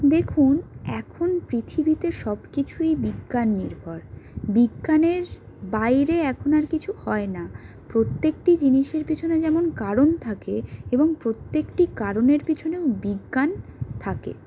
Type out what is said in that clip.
দেখুন এখন পৃথিবীতে সবকিছুই বিজ্ঞান নির্ভর বিজ্ঞানের বাইরে এখন আর কিছু হয় না প্রত্যেকটি জিনিসের পেছনে যেমন কারণ থাকে এবং প্রত্যেকটি কারণের পিছনেও বিজ্ঞান থাকে